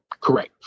Correct